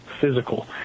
physical